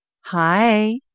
Hi